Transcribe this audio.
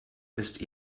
ist